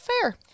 fair